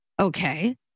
Okay